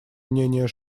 мнения